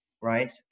Right